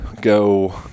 go